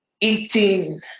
eating